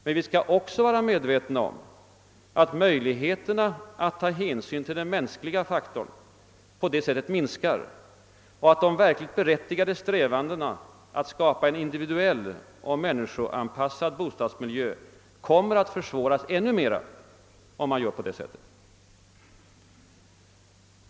Men vi skall vara medvetna om att möjligheterna att ta hänsyn till den mänskliga faktorn på det sättet minskar och att de verkligt berättigade strävandena att skapa en individuell och människoanpassad bostadsmiljö kommer att än mer försvåras.